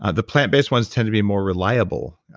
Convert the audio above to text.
the plant-based ones tend to be more reliable,